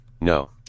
No